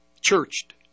churched